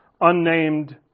unnamed